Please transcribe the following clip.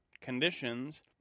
conditions